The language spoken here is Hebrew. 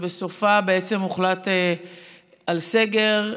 ובסופה הוחלט על סגר.